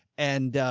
and